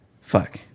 Fuck